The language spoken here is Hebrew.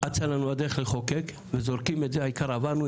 אצה לנו כהדרך לחוקק ,וזורקים את זה העיקר עברנו,